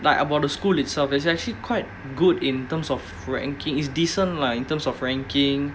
like about the school itself it's actually quite good in terms of ranking is decent lah in terms of ranking